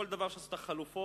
כל דבר שעשו את החלופות,